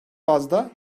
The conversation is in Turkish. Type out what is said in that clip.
bazda